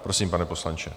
Prosím, pane poslanče.